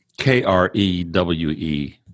K-R-E-W-E